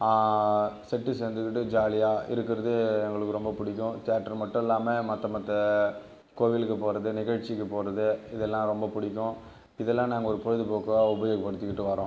set சேர்ந்துகிட்டு ஜாலியாக இருக்கிறது எங்களுக்கு ரொம்ப பிடிக்கும் தேட்ரு மட்டும் இல்லாமல் மற்ற மற்ற கோவிலுக்கு போகிறது நிகழ்ச்சிக்கு போகிறது இதெல்லாம் ரொம்ப பிடிக்கும் இதெல்லாம் நாங்கள் ஒரு பொழுதுபோக்காக உபயோகப்படுத்திகிட்டு வரோம்